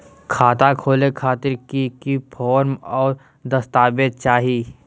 खाता खोले खातिर की की फॉर्म और दस्तावेज चाही?